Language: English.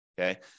okay